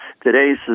today's